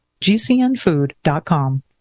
GCNfood.com